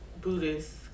Buddhist